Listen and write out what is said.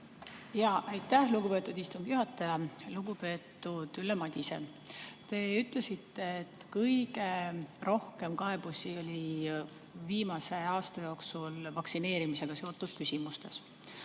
Aitäh, lugupeetud istungi juhataja! Lugupeetud Ülle Madise! Te ütlesite, et kõige rohkem kaebusi oli viimase aasta jooksul vaktsineerimisega seotud küsimustes.